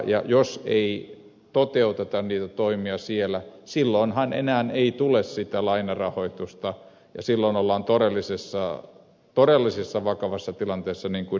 ja jos ei toteuteta niitä toimia siellä silloinhan enää ei tule sitä lainarahoitusta ja silloin ollaan todellisessa vakavassa tilanteessa niin kuin ed